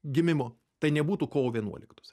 gimimo tai nebūtų kovo vienuoliktos